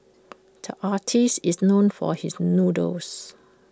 the artist is known for his doodles